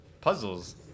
puzzles